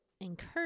encourage